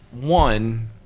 One